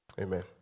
amen